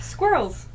Squirrels